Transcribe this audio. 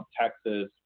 Texas